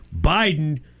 Biden